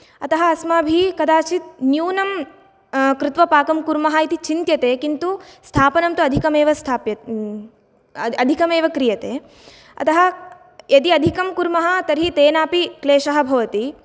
अतः अस्माभिः कदाचिद् न्यूनं कृत्वा पाकं कुर्मः इति चिन्त्यते किन्तु स्थापनं तु अधिकम् एव स्थाप्य अधिकमेव क्रियते अतः यदि अधिकं कुर्मः तर्हि तेनापि क्लेशः भवति